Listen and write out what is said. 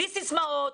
בלי סיסמאות,